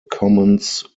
commons